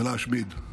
ולהשמיד.